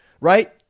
right